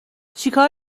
چیکار